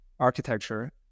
architecture